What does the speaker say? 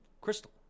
Crystal